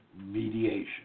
mediation